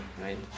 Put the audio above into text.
right